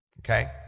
Okay